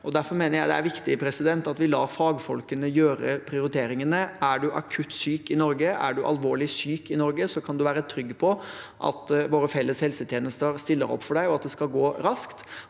Derfor mener jeg det er viktig at vi lar fagfolkene gjøre prioriteringene. Er man akutt syk i Norge, er man alvorlig syk i Norge, kan man være trygg på at våre felles helsetjenester stiller opp, og at det skal gå raskt.